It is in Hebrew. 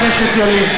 ילין,